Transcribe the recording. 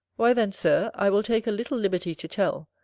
why then, sir, i will take a little liberty to tell,